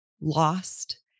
lost